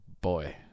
boy